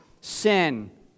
sin